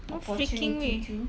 opportunity to